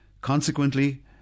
Consequently